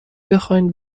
بخواین